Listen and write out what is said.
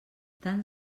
tan